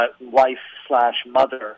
wife-slash-mother